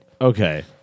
Okay